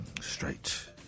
straight